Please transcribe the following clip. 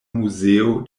muzeo